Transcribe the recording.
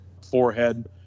forehead